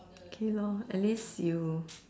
K lor at least you